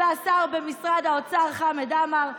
והשר במשרד האוצר חמד עמאר,